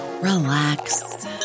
relax